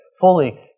fully